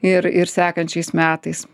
ir ir sekančiais metais